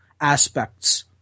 Aspects